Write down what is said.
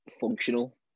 Functional